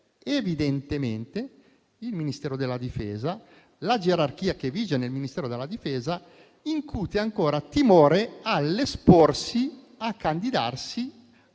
evidentemente il Ministero della difesa, la gerarchia che vige nel Ministero della difesa incute ancora timore nell'esporsi e candidarsi a ruoli